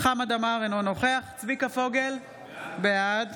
חמד עמאר, אינו נוכח צביקה פוגל, בעד